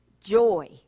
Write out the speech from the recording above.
Joy